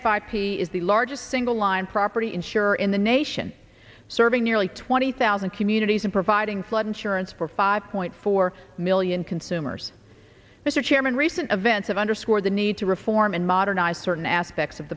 f i b is the largest single line property insurer in the nation serving nearly twenty thousand communities in providing flood insurance for five point four million consumers mr chairman recent events have underscored the need to reform and modernize certain aspects of